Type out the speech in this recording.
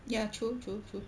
ya true true true